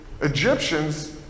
Egyptians